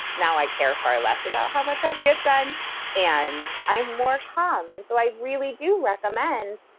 now i care far less about how much i get done and i'm more calm. and so i really do recommend